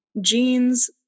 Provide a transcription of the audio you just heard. jeans